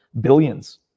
billions